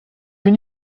can